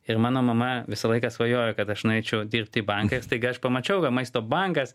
ir mano mama visą laiką svajojo kad aš nueičiau dirbti į banką ir staiga aš pamačiau kad maisto bankas